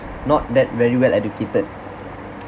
not that very well educated